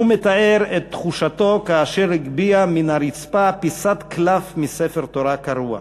הוא מתאר את תחושתו כאשר הגביה מן הרצפה פיסת קלף מספר תורה קרוע.